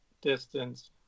distance